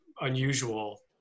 unusual